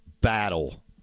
battle